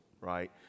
right